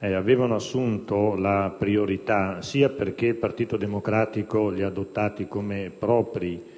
avevano assunto priorità sia perché il Partito Democratico li ha adottati come propri